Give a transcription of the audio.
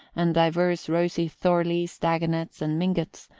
and divers rosy thorleys, dagonets and mingotts,